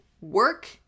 work